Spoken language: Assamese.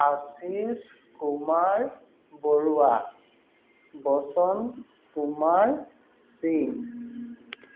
আশীষ কুমাৰ বৰুৱা বসন্ত কুমাৰ সিং